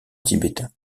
tibétain